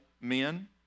men